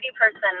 person